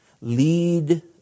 Lead